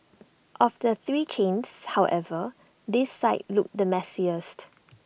of the three chains however this site looks the messiest